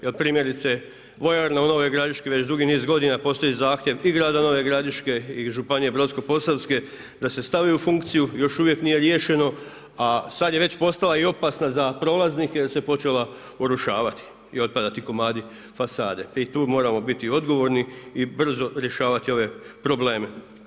Jer primjerice Vojarna u Novoj Gradiški već dugi niz godina postoji zahtjev i grada Nove Gradiške i županije Brodsko-posavske da se stavi u funkciju još uvijek nije riješeno, a sada je već postala i opasna za prolaznike jer se počela urušavati i otpadati komadi fasade i tu moramo biti odgovorni i rješavati ove probleme.